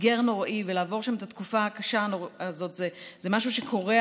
הסגר נוראי ולעבור שם את התקופה הקשה הזאת זה משהו שקורע